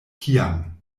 kiam